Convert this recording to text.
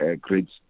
Grids